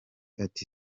ati